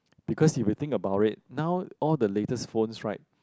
because if you think about it now all the latest phones right